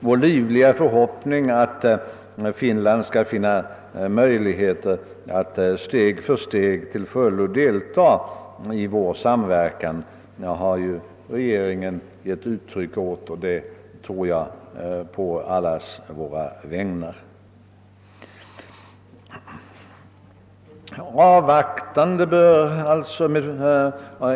Vår livliga förhoppning att Finland skall finna möjligheter att steg för steg till fullo delta i vår samverkan har ju regeringen givit uttryck åt — på allas våra vägnar, tror jag.